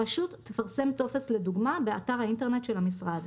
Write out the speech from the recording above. הרשות תפרסם טופס לדוגמה באתר האינטרנט של המשרד.